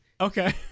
Okay